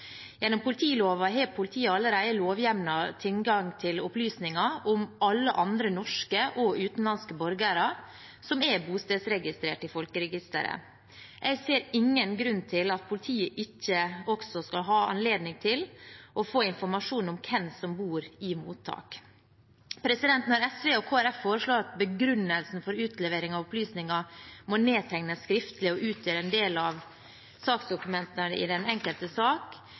Gjennom politiloven har politiet allerede lovhjemlet tilgang til opplysninger om alle andre norske og utenlandske borgere som er bostedsregistrert i folkeregisteret. Jeg ser ingen grunn til at politiet ikke også skal ha anledning til å få informasjon om hvem som bor i mottak. Når SV og Kristelig Folkeparti foreslår at begrunnelsen for utlevering av opplysninger må nedtegnes skriftlig og utgjøre en del av saksdokumentene i den enkelte sak,